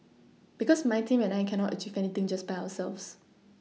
because my team and I cannot achieve anything just by ourselves